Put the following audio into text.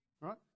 right